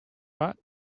but